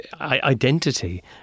identity